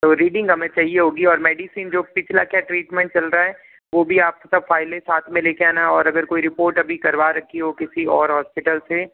तो रीडिंग हमें चाहिए होंगी और मेडिसिन जो पिछला क्या ट्रीटमेंट चल रहा है वो भी आप सब फाइलें साथ मैं ले के आना और अगर कोई रिपोर्ट अभी करवा रखी हो किसी और हॉस्पिटल से